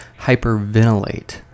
hyperventilate